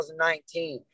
2019